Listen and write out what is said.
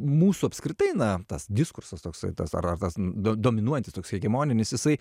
mūsų apskritai na tas diskursas toksai tas ar ar tas do dominuojantis toks hegemoninis jisai